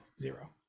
zero